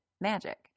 magic